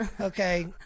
okay